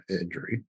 injury